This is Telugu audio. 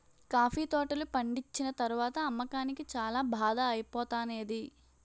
కాఫీ తోటలు పండిచ్చిన తరవాత అమ్మకానికి చాల బాధ ఐపోతానేది